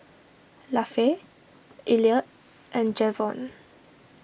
Lafe Elliott and Javon